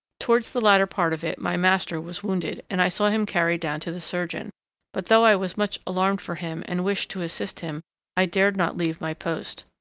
towards the latter part of it my master was wounded, and i saw him carried down to the surgeon but though i was much alarmed for him and wished to assist him i dared not leave my post.